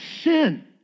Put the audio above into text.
sin